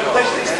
והוא באמת הסתיים.